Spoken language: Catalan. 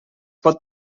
pot